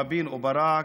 רבין וברק,